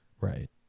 Right